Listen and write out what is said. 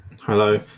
hello